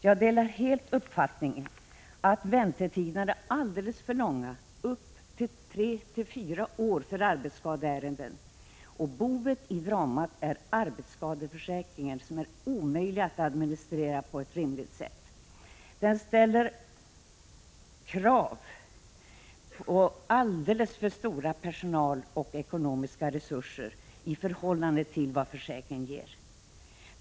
Jag delar helt uppfattningen att väntetiderna är alldeles för långa — upp till tre fyra år för arbetsskadeärenden. Boven i dramat är arbetsskadeförsäkringen, som är omöjlig att administrera på ett rimligt sätt. Den ställer krav på alldeles för stora personalresurser och ekonomiska resurser i förhållande till vad försäkringen ger.